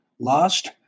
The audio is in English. lost